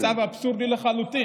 זה מצב אבסורדי לחלוטין.